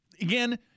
Again